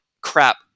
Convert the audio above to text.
crap